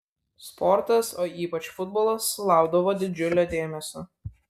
sportas o ypač futbolas sulaukdavo didžiulio dėmesio